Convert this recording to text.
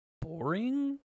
boring